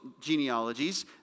genealogies